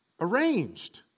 arranged